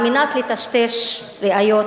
על מנת לטשטש את הראיות.